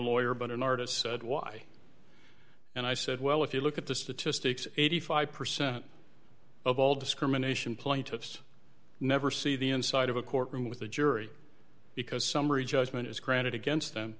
lawyer but an artist said why and i said well if you look at the statistics eighty five percent of all discrimination plaintiffs never see the inside of a courtroom with the jury because summary judgment is granted against them